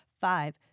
five